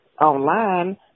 online